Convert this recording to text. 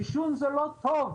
עישון זה לא טוב,